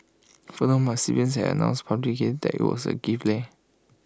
furthermore my siblings had announced publicly that IT was A gift leh